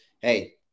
Hey